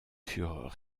furent